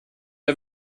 der